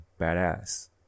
badass